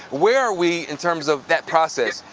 where are we in terms of that process?